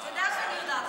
אתה יודע שאני יודעת